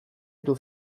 ditu